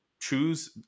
choose